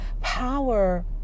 power